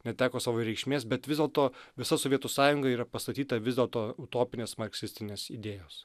neteko savo reikšmės bet vis dėlto visa sovietų sąjunga yra pastatyta vis dėlto utopinės marksistinės idėjos